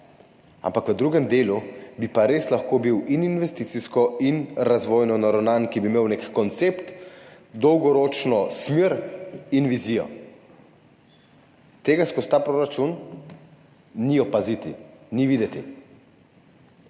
ampak v drugem delu bi pa res lahko bil investicijsko in razvojno naravnan in bi imel nek koncept, dolgoročno smer in vizijo. Tega skozi ta proračun ni opaziti. Ni videti.